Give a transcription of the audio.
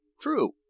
True